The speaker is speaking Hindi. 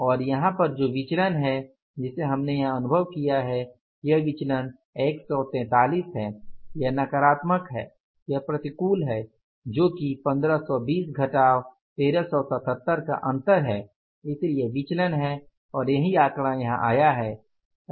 और यहाँ पर जो विचलन है जिसे हमने यहाँ अनुभव किया है वह विचलन 143 है यह नकारात्मक है यह प्रतिकूल है जो कि 1520 घटाव 1377 का अंतर है इसलिए यह विचलन है और यही आंकड़ा यहाँ आया है